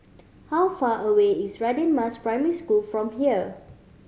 how far away is Radin Mas Primary School from here